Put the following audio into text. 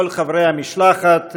כל חברי המשלחת,